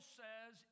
says